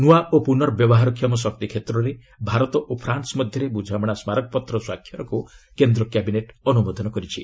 ନୂଆ ଓ ପୁର୍ନବ୍ୟବହାରକ୍ଷମ ଶକ୍ତି କ୍ଷେତ୍ରରେ ଭାରତ ଓ ଫ୍ରାନ୍ସ ମଧ୍ୟରେ ବୁଝାମଣା ସ୍ମାରକପତ୍ର ସ୍ୱାକ୍ଷରକୁ ମଧ୍ୟ କ୍ୟାବିନେଟ୍ ଅନୁମୋଦନ କରିଛି